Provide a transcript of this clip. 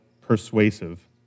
persuasive